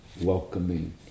welcoming